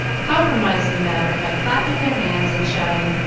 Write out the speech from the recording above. compromised the matter by clapping their hands and shouting,